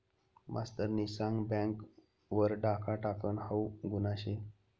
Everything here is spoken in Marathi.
मास्तरनी सांग बँक वर डाखा टाकनं हाऊ गुन्हा शे